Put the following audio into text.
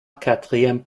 quatrième